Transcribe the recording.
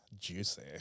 juicy